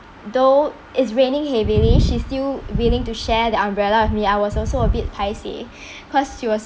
though it's raining heavily she's still willing to share the umbrella with me I was also a bit paiseh because she was